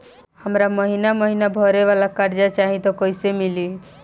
हमरा महिना महीना भरे वाला कर्जा चाही त कईसे मिली?